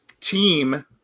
team –